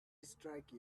strike